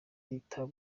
leta